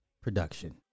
production